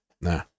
nah